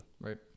Right